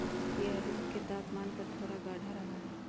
यह रूम के तापमान पर थोड़ा गाढ़ा रहा हई